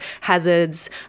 hazards